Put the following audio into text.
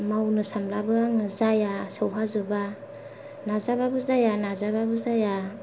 मावनो सानब्लाबो आङो जाया सौहाजोबा नाजाबाबो जाया नाजाबाबो जाया